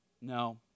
No